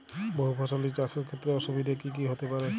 বহু ফসলী চাষ এর ক্ষেত্রে অসুবিধে কী কী হতে পারে?